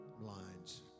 lines